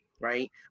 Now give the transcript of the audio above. right